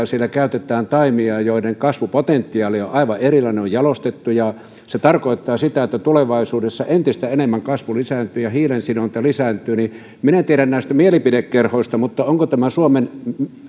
niin siellä käytetään taimia joiden kasvupotentiaali on on aivan erilainen ne ovat jalostettuja jolloin se tarkoittaa sitä että tulevaisuudessa entistä enemmän kasvu lisääntyy ja hiilensidonta lisääntyy minä en tiedä näistä mielipidekerhoista mutta onko tämä suomen